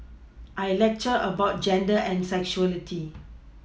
I lecture about gender and sexuality